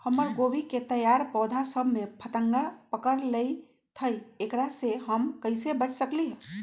हमर गोभी के तैयार पौधा सब में फतंगा पकड़ लेई थई एकरा से हम कईसे बच सकली है?